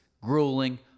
grueling